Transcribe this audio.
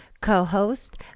co-host